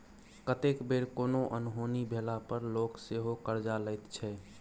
कतेक बेर कोनो अनहोनी भेला पर लोक सेहो करजा लैत छै